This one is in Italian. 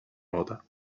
moda